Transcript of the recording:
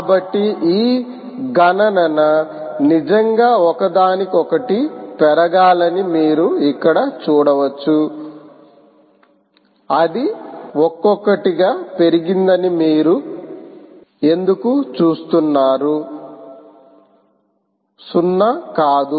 కాబట్టి ఈ గణన నిజంగా ఒకదానికొకటి పెరగాలని మీరు ఇక్కడ చూడవచ్చు అది ఒక్కొక్కటిగా పెరిగిందని మీరు ఎందుకు చూస్తున్నారు 0 కాదు